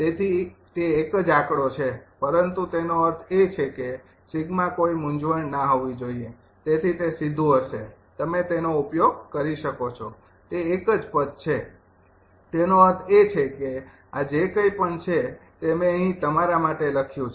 તેથી તે એક જ આંકડો છે પરંતુ તેનો અર્થ એ છે કે સિગ્મા કોઈ મૂંઝવણ ન હોવી જોઈએ તેથી તે સીધુ હશે તમે તેનો ઉપયોગ કરી શકો છો તે એક જ પદ છે તેનો અર્થ એ છે કે આ જે કંઈ પણ છે તે મેં અહીં તમારા માટે લખ્યું છે